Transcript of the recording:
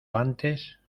antes